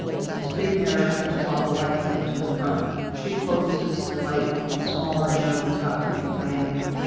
so, this big mirror catches all the light that comes and the front focuses the light on a smaller mirror that's about two feet diameter.